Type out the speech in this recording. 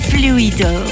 Fluido